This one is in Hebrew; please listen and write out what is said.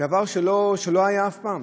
דבר שלא היה אף פעם.